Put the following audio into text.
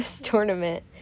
tournament